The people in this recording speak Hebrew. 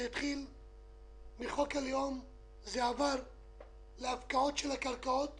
זה התחיל מחוק אל-יום, זה עבר להפקעות של הקרקעות.